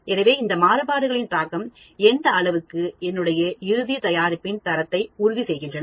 எனவே இந்த மாறுபாடுகளின் தாக்கம் எந்த அளவுக்கு என்னுடைய இறுதி தயாரிப்பின் தரத்தை உறுதி செய்கின்றன